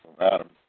Adam